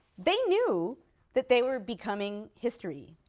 they knew that they were becoming history,